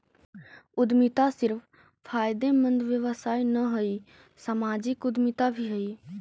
उद्यमिता सिर्फ फायदेमंद व्यवसाय न हई, सामाजिक उद्यमिता भी हई